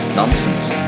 nonsense